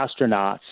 astronauts